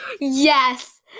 Yes